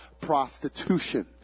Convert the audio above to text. prostitution